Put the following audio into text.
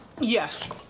Yes